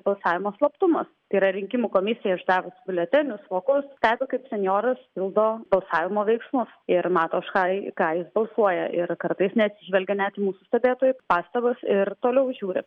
balsavimo slaptumas tai yra rinkimų komisija išdavus biuletenius vokus stebi kaip senjoras pildo balsavimo veiksmus ir mato už ką ką jis balsuoja ir kartais neatsižvelgia net į mūsų stebėtojų pastabas ir toliau žiūri